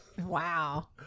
wow